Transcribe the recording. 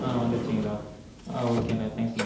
வந்துடுச்சுங்களா ஓகேண்ணே தேங்ஸ்ண்ணா